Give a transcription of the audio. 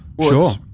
Sure